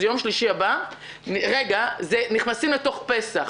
ביום שלישי הבא נכנסים אל תוך פסח,